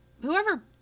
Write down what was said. whoever